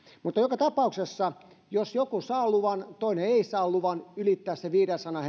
joka tapauksessa jos joku saa luvan ja toinen ei saa lupaa ylittää sitä viidensadan